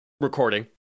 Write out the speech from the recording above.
recording